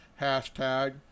hashtag